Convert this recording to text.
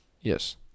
Yes